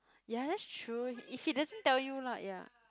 ya that's true he if he doesn't tell you lah ya